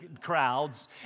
crowds